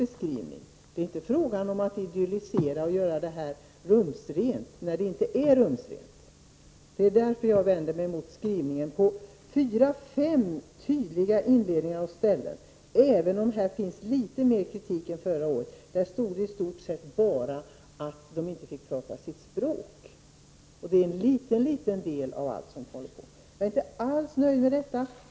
Det är inte fråga om att idealisera och göra detta rumsrent när det inte är rumsrent. Det är därför som jag vänder mig mot utskottsskrivningens tydliga inledningar på fyra fem ställen. Här finns i och för sig litet mer kritik än förra året, där det i stort sett endast stod att man inte fick prata sitt språk. Men det är bara en liten del av allt som händer. Jag är inte alls nöjd med detta.